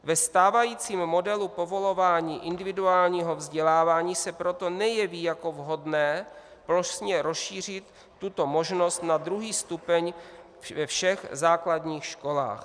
Ve stávajícím modelu povolování individuálního vzdělávání se proto nejeví jako vhodné plošně rozšířit tuto možnost na druhý stupeň ve všech základních školách.